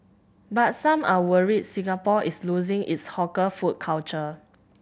but some are worried Singapore is losing its hawker food culture